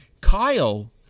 Kyle